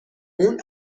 اون